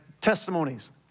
Testimonies